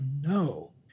no